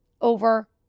over